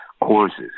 courses